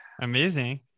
Amazing